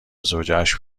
زوجهاش